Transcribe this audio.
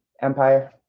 Empire